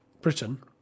Britain